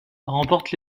remporte